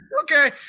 okay